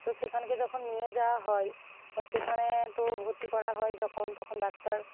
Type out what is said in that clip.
তো সেখানে যখন নিয়ে যাওয়া হয় বা সেখানে তো ভর্তি করা হয় যখন তখন ডাক্তার